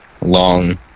long